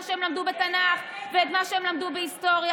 שלמדו בתנ"ך ואת מה שהם למדו בהיסטוריה.